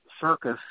circus